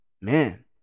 Man